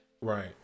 right